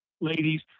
ladies